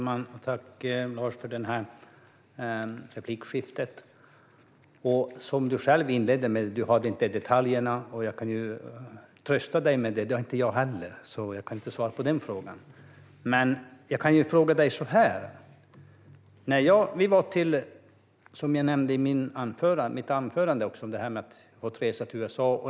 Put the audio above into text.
Herr talman! Tack, Lars, för replikskiftet! Som du själv sa har du inte detaljerna klara för dig. Jag kan trösta dig med att inte heller jag har det så jag kan inte svara på din fråga. Jag nämnde i mitt anförande vår resa till USA.